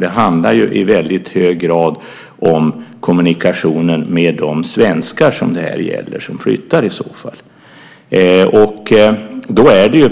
Det handlar i hög grad om kommunikationen med de svenskar som flyttar.